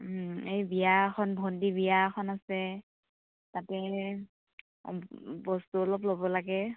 এই বিয়া এখন ভণ্টী বিয়া এখন আছে তাতেই বস্তু অলপ ল'ব লাগে